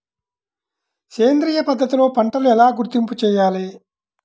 సేంద్రియ పద్ధతిలో పంటలు ఎలా గుర్తింపు చేయాలి?